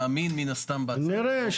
מאמין מן הסתם בהצעת החוק -- נראה.